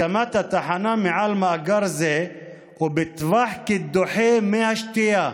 הקמת התחנה מעל מאגר זה ובטווח קידוחי מי השתייה,